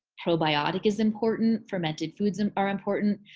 probiotic is important fermented foods and are important.